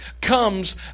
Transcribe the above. comes